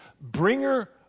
bringer